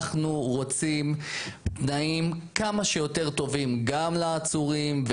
אנחנו רוצים תנאים כמה שיותר טובים גם לעצורים,